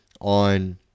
on